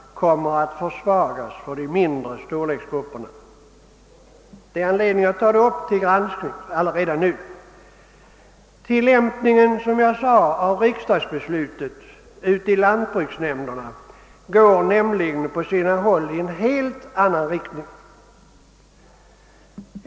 Som jag sade går nämligen på sina håll tillämpningen av riksdagsbeslutet i en helt annan riktning.